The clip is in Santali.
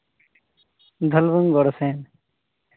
ᱫᱷᱚᱞᱵᱷᱩᱢᱜᱚᱲ ᱥᱮᱱ